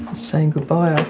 saying goodbye.